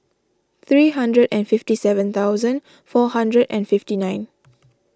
three hundred and fifty seven thousand four hundred and fifty nine